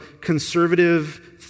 conservative